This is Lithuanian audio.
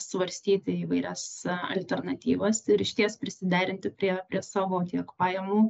svarstyti įvairias alternatyvas ir išties prisiderinti prie prie savo tiek pajamų